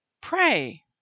pray